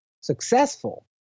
successful